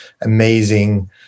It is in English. amazing